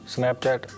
Snapchat